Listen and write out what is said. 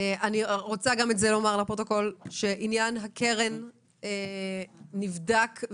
רוצה לומר לפרוטוקול שעניין הקרן נבדק.